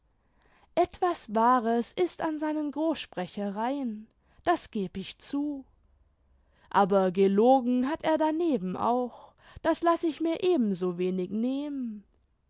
etwas wahres ist an seinen großsprechereien das geb ich zu aber gelogen hat er daneben auch das laß ich mir eben so wenig nehmen